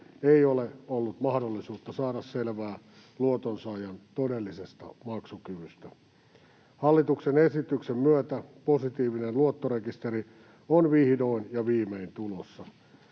ei ole ollut mahdollisuutta saada selvää luotonsaajan todellisesta maksukyvystä. Hallituksen esityksen myötä positiivinen luottorekisteri on vihdoin ja viimein tulossa.